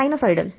sinusoidal